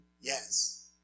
Yes